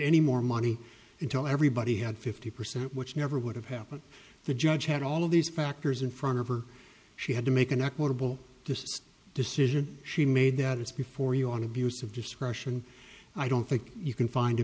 any more money until everybody had fifty percent which never would have happened the judge had all of these factors in front of or she had to make an equitable just decision she made that it's before you on abuse of discretion i don't think you can find a